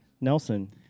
Nelson